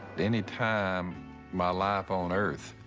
at any time my life on earth,